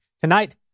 tonight